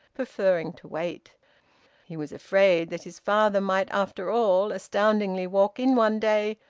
preferring to wait he was afraid that his father might after all astoundingly walk in one day,